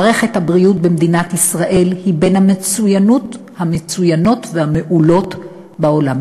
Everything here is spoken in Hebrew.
מערכת הבריאות במדינת ישראל היא בין המצוינות והמעולות בעולם,